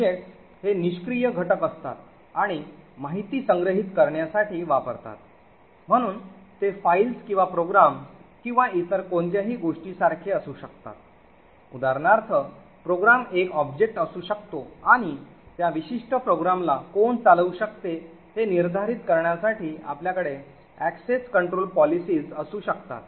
objects हे निष्क्रिय घटक असतात आणि माहिती संग्रहित करण्यासाठी वापरतात म्हणून ते फाईल्स किंवा प्रोग्राम्स किंवा इतर कोणत्याही गोष्टीसारखे असू शकतात उदाहरणार्थ प्रोग्राम एक ऑब्जेक्ट असू शकतो आणि त्या विशिष्ट प्रोग्रामला कोण चालवू शकते हे निर्धारित करण्यासाठी आपल्याकडे access control policies असू शकतात